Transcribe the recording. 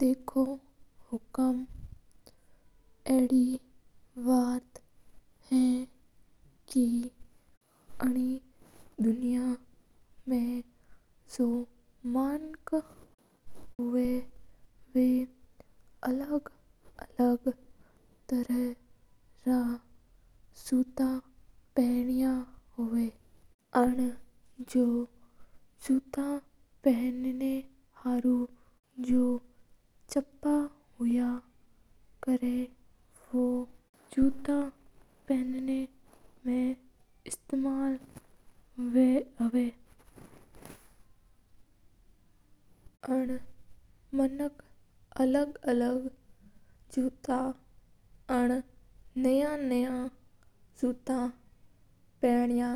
देखो सा हुकूम अडी बात है एनी दुनिया मा मनक हवा जका अलग अलग प्रेयर रा जूता पन्या करा। एना जो जूता हवा और जका चेवा हवा बा जूता पना मा काम अवा है। अणा मनक अलग अलग और नया नया जूता पन या